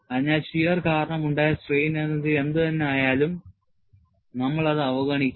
അതിനാൽ shear കാരണം ഉണ്ടായ സ്ട്രെയിൻ എനർജി എന്തായാലും നമ്മൾ അത് അവഗണിക്കും